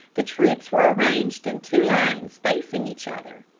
the troops were arranged in two lines facing each other,